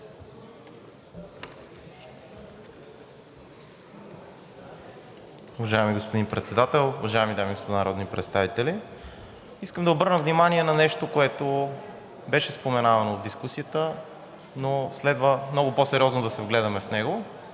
Уважаеми господин Председател, уважаеми дами и господа народни представители! Искам да обърна внимание на нещо, което беше споменавано в дискусията, но следва много по-сериозно да се вгледаме в него,